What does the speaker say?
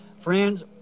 friends